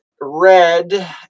red